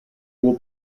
will